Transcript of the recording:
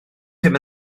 ddim